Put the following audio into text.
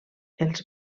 els